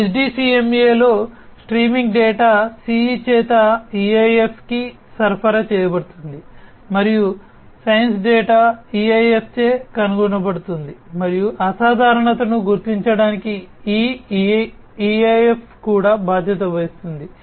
SDCMA లో streaming data CE చేత EIF కి సరఫరా చేయబడుతుంది మరియు సెన్స్ డేటా EIF చే కనుగొనబడుతుంది మరియు అసాధారణతను గుర్తించడానికి ఈ EIF కూడా బాధ్యత వహిస్తుంది